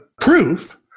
proof